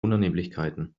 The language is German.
unannehmlichkeiten